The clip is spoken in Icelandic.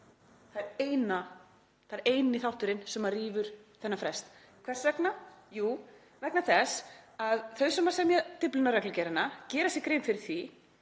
Það er eini þátturinn sem rýfur þennan frest. Hvers vegna? Jú, vegna þess að þau sem semja Dyflinnarreglugerðina gera sér grein fyrir því